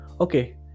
Okay